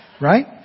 Right